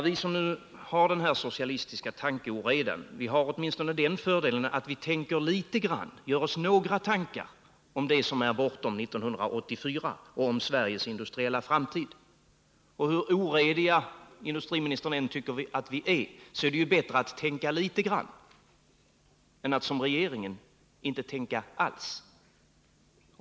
Vi som har denna ” socialistiska tankeoreda” har åtminstone den fördelen att vi tänker något på det som är bortom 1984 och på Sveriges industriella framtid. Hur orediga industriministern än tycker att vi är, så borde han inse att det är bättre att tänka litet grand än att som regeringen inte tänka alls.